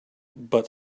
but